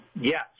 Yes